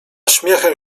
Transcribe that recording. śmiechem